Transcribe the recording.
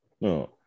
No